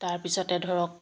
তাৰপিছতে ধৰক